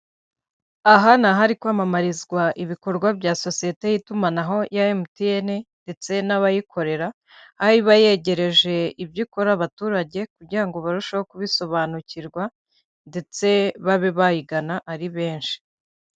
Aha ni ahari kwamamarizwa ibikorwa bya sosiyete y'itumanaho ya MTN ndetse n'abayikorera, aho iba yegereje ibyo ikora abaturage kugira ngo barusheho kubisobanukirwa ndetse babe bayigana ari benshi.